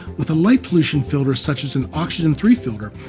with a light pollution filter such as an oxygen three filter,